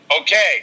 okay